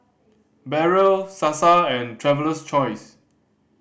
Barrel Sasa and Traveler's Choice